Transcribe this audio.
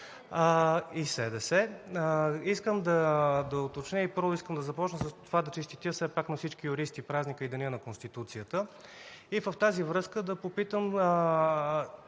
и искам да уточня. Първо искам да започна с това: да честитя все пак на всички юристи празника и Деня на Конституцията и в тази връзка да попитам: